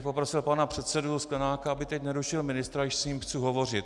Poprosil bych pana předsedu Sklenáka, aby teď nerušil ministra, když s ním chci hovořit.